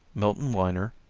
milton weiner,